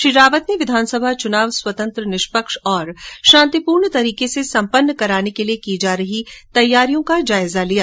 श्री रावत ने विधानसभा चुनाव स्वतंत्र निष्पक्ष और शांतिपूर्ण तरीके से सम्पन्न कराने के लिए की जा रही तैयारियां का जायजा लिया